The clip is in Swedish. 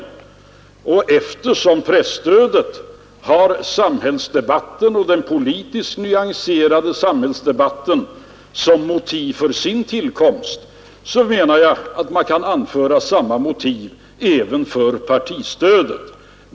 Eftersom presstödet har den politiskt 21. mm. nyanserade samhällsdebatten som motiv för sin tillkomst, anser jag att man kan anföra samma motiv för partistödet.